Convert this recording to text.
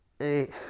eight